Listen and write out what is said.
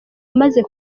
umaze